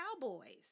cowboys